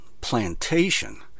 Plantation